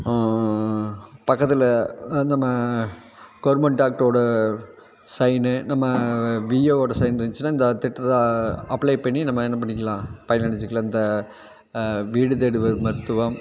பக்கத்தில் நம்ம கவர்மெண்ட் டாக்ட்ரோட சைனு நம்ம விஏவோட சைன்ருந்துச்சுன்னா இந்த திட்டத்தை அப்ளை பண்ணி நம்ம என்ன பண்ணிக்கலாம் பயன் அடைஞ்சுக்கலாம் இந்த வீடு தேடி வரும் மருத்துவம்